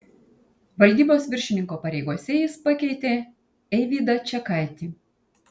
valdybos viršininko pareigose jis pakeitė eivydą čekaitį